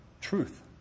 truth